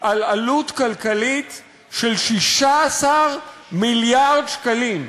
על עלות כלכלית של 16 מיליארד שקלים.